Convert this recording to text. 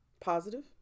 positive